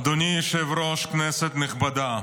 אדוני היושב-ראש, כנסת נכבדה,